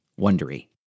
Wondery